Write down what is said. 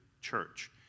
church